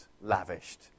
lavished